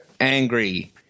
angry